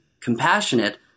compassionate